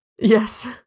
Yes